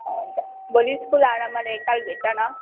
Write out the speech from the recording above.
अन्त भोलि स्कुल आएर मलाई एकताल भेट न